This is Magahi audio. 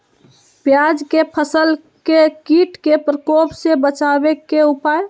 प्याज के फसल के कीट के प्रकोप से बचावे के उपाय?